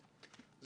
מרתקים,